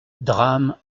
drame